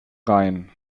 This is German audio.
rein